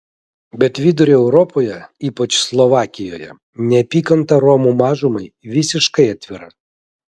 bet vidurio europoje ypač slovakijoje neapykanta romų mažumai visiškai atvira